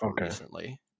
recently